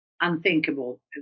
unthinkable